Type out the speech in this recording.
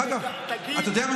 אתה יודע מה,